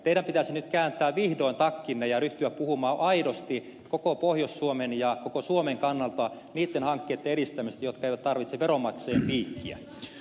teidän pitäisi nyt kääntää vihdoin takkinne ja ryhtyä puhumaan aidosti koko pohjois suomen ja koko suomen kannalta niitten hankkeitten edistämiseksi jotka eivät tarvitse veronmaksajien piikkiä